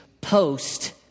post